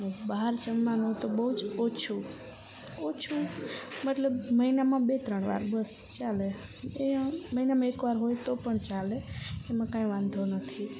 બહાર જમવાનું તો બહુ જ ઓછું ઓછું મતલબ મહિનામાં બે ત્રણ વાર બસ ચાલે એ મહિનામાં એક વાર હોય તો પણ ચાલે એમાં કાંઈ વાંધો નથી